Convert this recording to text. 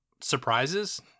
surprises